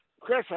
Chris